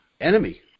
enemy